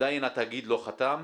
עדיין התאגיד לא חתם,